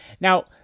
Now